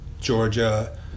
Georgia